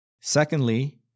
Secondly